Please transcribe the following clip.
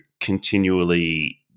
continually